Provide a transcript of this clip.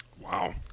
Wow